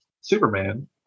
Superman